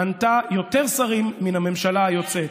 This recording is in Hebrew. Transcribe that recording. מנתה יותר שרים מן הממשלה היוצאת.